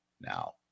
Now